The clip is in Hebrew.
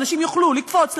אנשים יוכלו לקפוץ,